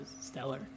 stellar